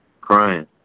Crying